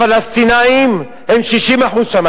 הפלסטינים הם 60% שם,